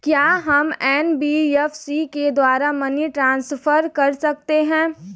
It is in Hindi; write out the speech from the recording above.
क्या हम एन.बी.एफ.सी के द्वारा मनी ट्रांसफर कर सकते हैं?